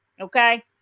Okay